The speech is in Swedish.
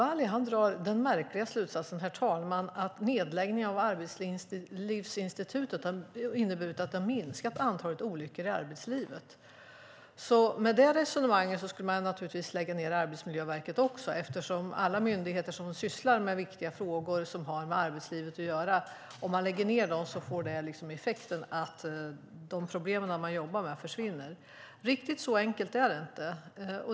Hanif Bali drar den märkliga slutsatsen att nedläggningen av Arbetslivsinstitutet har inneburit att antalet olyckor i arbetslivet har minskat. Med detta resonemang skulle man naturligtvis lägga ned Arbetsmiljöverket också, för om man lägger ned myndigheter som sysslar med viktiga frågor som har med arbetslivet att göra får det tydligen effekten att de problem som de jobbar med försvinner. Riktigt så enkelt är det inte.